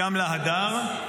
הוא אמר ----- ככה גם להדר,